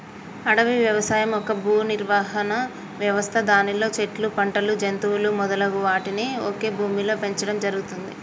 అడవి వ్యవసాయం ఒక భూనిర్వహణ వ్యవస్థ దానిలో చెట్లు, పంటలు, జంతువులు మొదలగు వాటిని ఒకే భూమిలో పెంచడం జరుగుతుంది